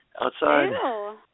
Outside